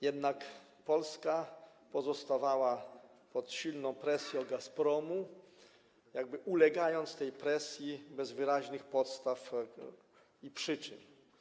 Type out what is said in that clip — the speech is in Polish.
Jednak Polska pozostawała pod silną presją Gazpromu, ulegając tej presji bez wyraźnych podstaw i przyczyn.